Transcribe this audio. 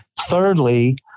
Thirdly